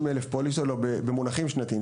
במונחים שנתיים.